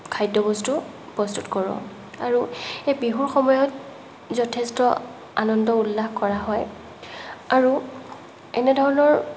খাদ্যবস্তু প্ৰস্তুত কৰোঁ আৰু সেই বিহুৰ সময়ত যথেষ্ট আনন্দ উল্লাস কৰা হয় আৰু এনেধৰণৰ